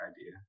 idea